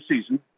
season